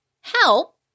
help